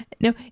no